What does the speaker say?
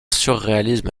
surréalisme